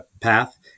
path